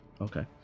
Okay